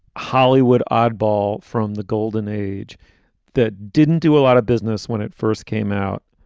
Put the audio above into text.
hollywood oddball from the golden age that didn't do a lot of business when it first came out.